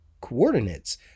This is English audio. coordinates